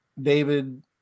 david